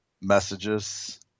Messages